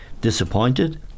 disappointed